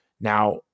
now